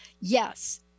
yes